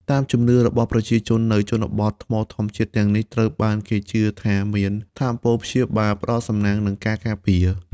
តាមជំនឿរបស់ប្រជាជននៅជនបទ ថ្មធម្មជាតិទាំងនេះត្រូវបានគេជឿថាមានថាមពលព្យាបាល ផ្ដល់សំណាង និងការការពារ។